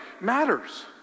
matters